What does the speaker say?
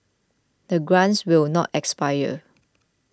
the grants will not expire